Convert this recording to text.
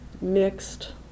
mixed